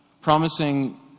promising